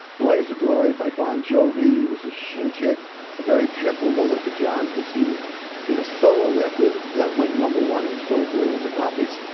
blaze of glory by bon jovi was a huge hit a very pinnacle moment for john, because he did a solo record that went number one and sold millions of copies.